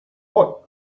what